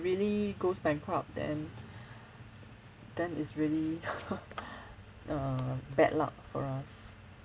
really goes bankrupt then then it's really err bad luck for us